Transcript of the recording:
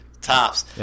tops